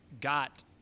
got